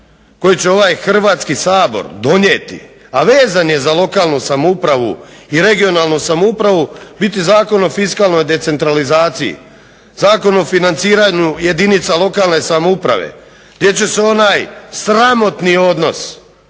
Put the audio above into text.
koji će ovaj Hrvatski sabor donijeti, a vezan je za lokalnu samoupravu i regionalnu samoupravu biti Zakon o fiskalnoj decentralizaciji, Zakon o financiranju jedinica lokalne samouprave gdje će se onaj sramotni odnos